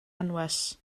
anwes